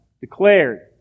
declared